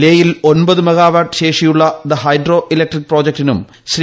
ലേ യിൽ ഒമ്പത് മെഗാവാട്ട് ശേഷിയുള്ള ദാ ഹൈഡ്രോ ഇലക്ട്രിക് പ്രോജക്ടിനും ശ്രീ